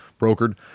brokered